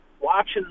watching